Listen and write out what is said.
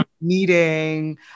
meeting